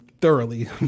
thoroughly